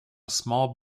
small